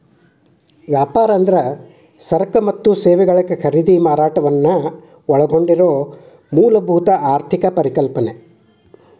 ವ್ಯಾಪಾರ ಅಂದ್ರ ಸರಕ ಮತ್ತ ಸೇವೆಗಳ ಖರೇದಿ ಮಾರಾಟವನ್ನ ಒಳಗೊಂಡಿರೊ ಮೂಲಭೂತ ಆರ್ಥಿಕ ಪರಿಕಲ್ಪನೆ